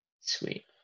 Sweet